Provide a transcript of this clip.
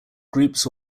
groups